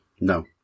No